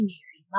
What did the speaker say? Mary